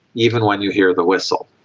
even when you hear the whistle'.